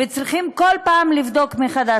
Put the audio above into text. וצריכים כל פעם לבדוק מחדש.